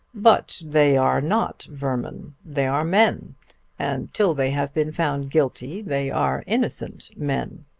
but they are not vermin. they are men and till they have been found guilty they are innocent men.